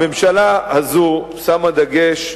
הממשלה הזו שמה דגש,